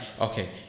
Okay